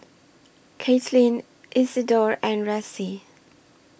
Katlyn Isidor and Ressie